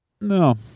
No